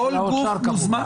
כל גוף מוזמן.